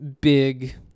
big